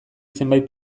zenbait